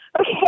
Okay